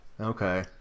Okay